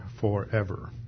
forever